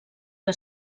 que